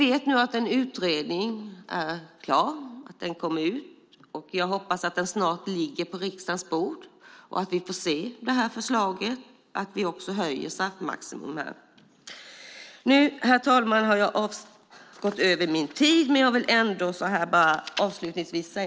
En utredning är klar, och jag hoppas att den snart ligger på riksdagens bord så att vi får se förslaget och kan höja straffmaximum. Herr talman!